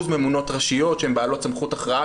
ממונות ראשיות שהן בעלות סמכות הכרעה,